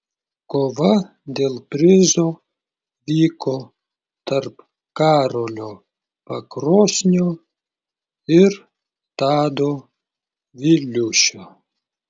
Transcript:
kova dėl prizo vyko tarp karolio pakrosnio ir tado viliūšio